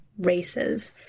races